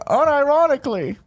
unironically